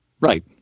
Right